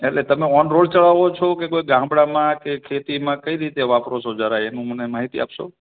એટલે તમે on road ચલાવો છો કે કોઈ ગામડામાં કે ખેતીમાં કઈ રીતે વાપરો છો જરા એનું મને માહિતી આપશો